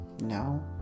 no